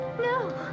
No